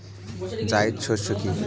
জায়িদ শস্য কি?